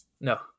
No